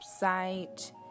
website